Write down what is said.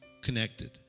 connected